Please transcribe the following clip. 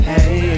Hey